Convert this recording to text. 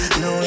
no